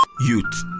Youth